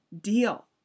deal